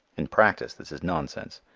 in practice this is nonsense.